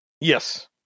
Yes